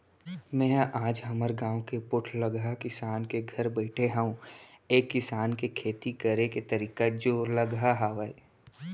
मेंहा आज हमर गाँव के पोठलगहा किसान के घर बइठे हँव ऐ किसान के खेती करे के तरीका जोरलगहा हावय